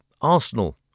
Arsenal